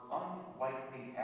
unlikely